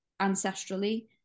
ancestrally